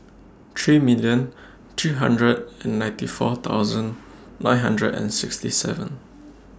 three million three hundred and ninety four thousand nine hundred and sixty seven